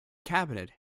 cabinet